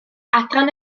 adran